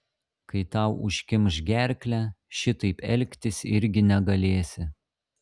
kai tau užkimš gerklę šitaip elgtis irgi negalėsi